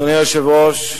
אדוני היושב-ראש,